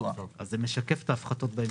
זה משקף את ההפחתות בהמשך.